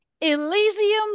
Elysium